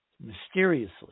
mysteriously